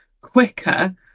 quicker